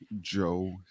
Joe